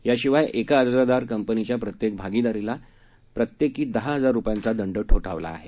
याशिवाय एका अर्जदार कंपनीच्या प्रत्येक भागिदाराला प्रत्येकी दहा हजार रुपयांचा दंडही ठोठावला आहे